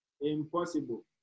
Impossible